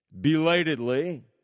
belatedly